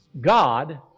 God